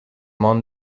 món